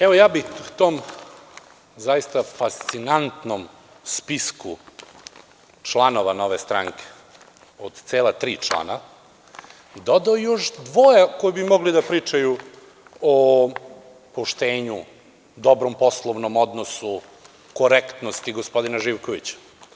Evo, ja bih tom zaista fascinantnom spisku članova Nove stranke, od cela tri člana, dodao još dvoje koji bi mogli da pričaju o poštenju, dobrom poslovnom odnosu, korektnosti gospodina Živkovića.